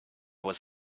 was